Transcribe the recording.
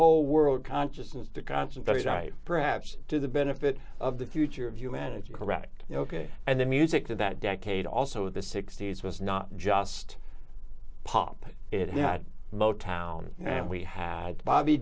whole world consciousness to concentrate i perhaps to the benefit of the future of humanity correct ok and the music of that decade also the sixty's was not just pop it had motown and we had bobb